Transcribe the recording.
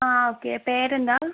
ആ ഓക്കെ പേരെന്താണ്